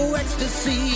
ecstasy